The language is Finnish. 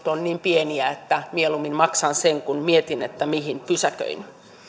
pieniä että mieluummin maksan sen kuin mietin mihin pysäköin